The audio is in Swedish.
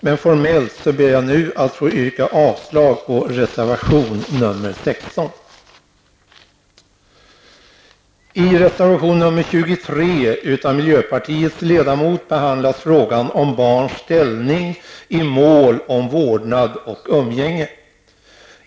Men formellt ber jag nu att få yrka avslag på reservation 16. I reservation 23 av miljöpartiets ledamot behandlas frågan om barns rätt i mål om vårdnad och umgänge.